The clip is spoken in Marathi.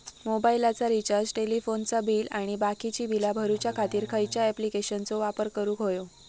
मोबाईलाचा रिचार्ज टेलिफोनाचा बिल आणि बाकीची बिला भरूच्या खातीर खयच्या ॲप्लिकेशनाचो वापर करूक होयो?